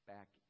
back